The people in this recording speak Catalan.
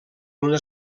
una